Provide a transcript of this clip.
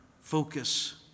Focus